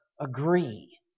Agree